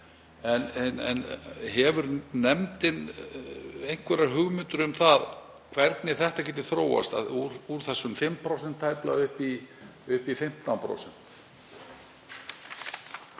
En hefur nefndin einhverjar hugmyndir um það hvernig hlutfallið geti þróast úr þessum 5% tæplega upp í 15%?